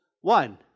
one